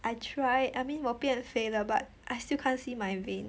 I try I mean 我变肥了 but I still can't see my vein